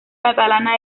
catalana